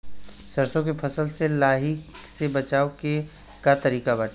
सरसो के फसल से लाही से बचाव के का तरीका बाटे?